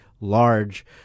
large